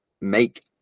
make